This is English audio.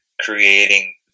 creating